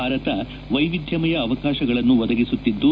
ಭಾರತ ವೈವಿಧ್ಯಮಯ ಅವಕಾಶಗಳನ್ನು ಒದಗಿಸುತ್ತಿದ್ದು